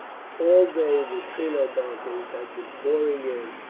all day the trinobantes had been pouring in,